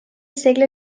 segle